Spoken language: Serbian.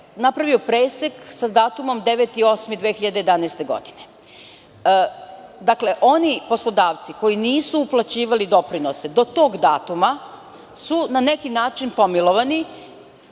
napravio presek sa datumom 9. avgust 2011. godine. Dakle, oni poslodavci koji nisu uplaćivali doprinose do tog datuma su na neki način pomilovani.